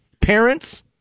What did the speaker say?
parents